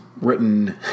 written